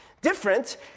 different